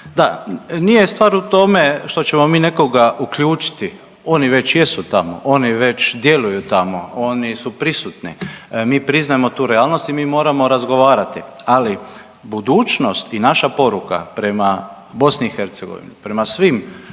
Da, nije stvar u tome što ćemo mi nekoga uključiti, oni već jesu tamo, oni već djeluju tamo, oni su prisutni. Mi priznajemo tu realnost i mi moramo razgovarati, ali budućnost i naša poruka prema BiH, prema svim